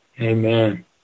Amen